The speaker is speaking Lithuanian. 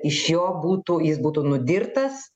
iš jo būtų jis būtų nudirtas